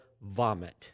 vomit